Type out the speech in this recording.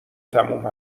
تموم